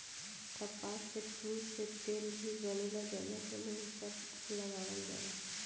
कपास फूल से तेल भी बनेला जवना के मुंह पर लगावल जाला